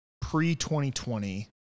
pre-2020